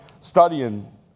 studying